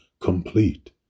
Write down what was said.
complete